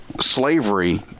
slavery